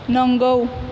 नोंगौ